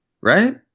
right